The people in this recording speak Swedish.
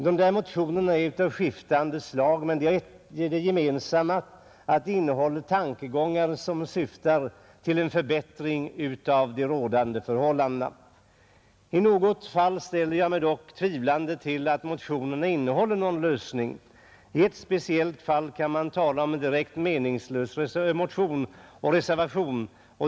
Dessa motioner är av skiftande slag, men de har det gemensamt att de innehåller tankegångar som syftar till förbättring av de rådande förhållandena. I något fall ställer jag mig dock tvivlande till att motionerna innehåller någon lösning. I ett speciellt fall kan man tala om en direkt meningslös motion och en meningslös reservation.